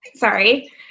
Sorry